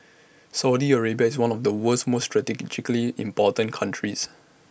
Saudi Arabia is one of the world's most strategically important countries